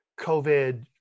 COVID